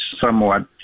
somewhat